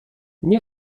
nie